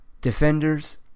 defenders